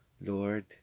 Lord